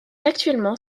actuellement